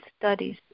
studies